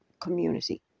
community